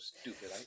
stupid